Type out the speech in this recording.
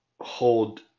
hold